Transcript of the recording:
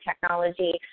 technology